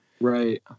Right